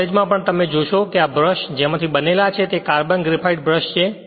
college માં પણ જો તમે જોશો કે આ બ્રશ જેમાથી બનેલા છે તે કાર્બન ગ્રેફાઇટ બ્રશ છે